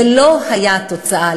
ולא הייתה תוצאה,